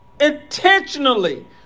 intentionally